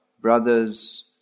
brothers